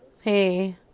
Hey